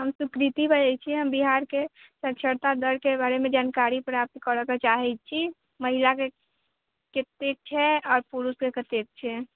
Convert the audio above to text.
हम सुकृति बोलै छी हम बिहारके साक्षरता दर के बारेमे जानकारी प्राप्त करऽ के चाहै छी महिला के कते छै आओर पुरुष के कते छै